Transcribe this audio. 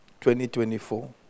2024